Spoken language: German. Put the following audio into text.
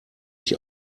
ich